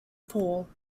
paw